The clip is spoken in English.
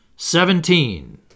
SEVENTEEN